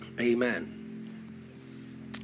Amen